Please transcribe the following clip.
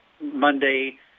Monday